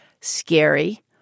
scary